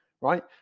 right